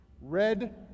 Red